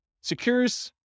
secures